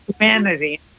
humanity